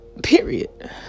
period